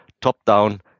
top-down